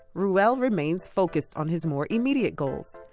reuel remains focused on his more immediate goals.